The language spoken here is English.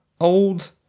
old